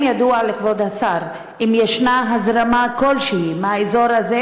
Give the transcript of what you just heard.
ידוע לכבוד השר אם יש הזרמה כלשהי מהאזור הזה